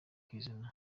ukizana